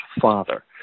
father